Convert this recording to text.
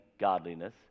godliness